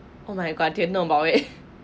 oh my god didn't know about it